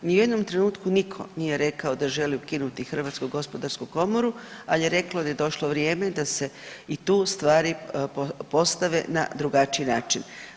Ni u jednom trenutku nitko nije rekao da želi ukinuti Hrvatsku gospodarsku komoru, ali je reklo da je došlo vrijeme da se i tu stvari postave na drugačiji način.